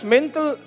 Mental